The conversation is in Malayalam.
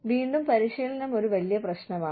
വീണ്ടും പരിശീലനം ഒരു വലിയ പ്രശ്നമാണ്